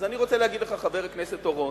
אז אני רוצה להגיד לך, חבר הכנסת אורון.